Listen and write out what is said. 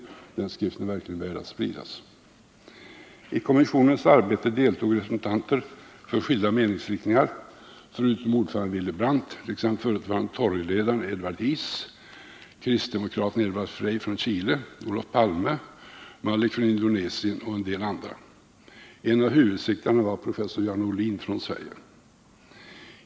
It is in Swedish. Den skriften är verkligen värd att spridas. I kommissionens arbete deltog representanter för skilda meningsriktningar — förutom ordföranden Willy Brandt t.ex. förutvarande toryledaren Edward Heath, kristdemokraten Eduardo Frei från Chile, Olof Palme, Adam Malik från Indonesien och en del andra. En av huvudsekreterarna var professor Göran Ohlin från Sverige.